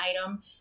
item